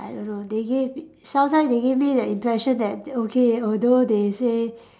I don't know they gave sometime they give me the impression that okay although they say